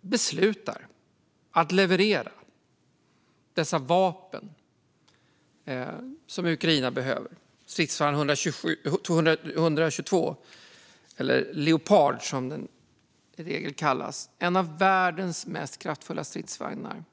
beslutar om att leverera de vapen som Ukraina behöver! Det är stridsvagn 122 - eller Leopard, som den kallas. Det är en av världens mest kraftfulla stridsvagnar.